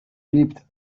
leapt